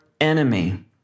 enemy